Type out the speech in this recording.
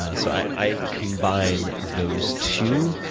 ah so i combine those two.